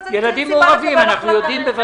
ילדים מעורבים, אנחנו יודעים בוודאות.